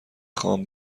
خام